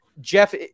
Jeff